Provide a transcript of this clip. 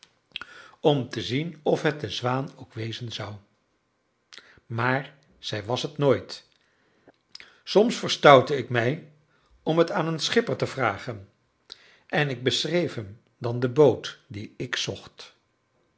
om te zien of het de zwaan ook wezen zou maar zij was het nooit soms verstoutte ik mij om het aan een schipper te vragen en ik beschreef hem dan de boot die ik zocht